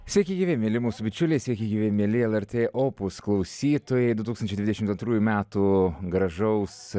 sveiki gyvi mieli mūsų bičiuliai sveiki gyvi mieli lrt opus klausytojai du tūkstančiai dvidešim antrųjų metų gražaus